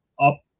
up